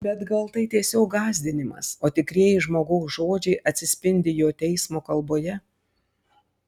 bet gal tai tiesiog gąsdinimas o tikrieji žmogaus žodžiai atsispindi jo teismo kalboje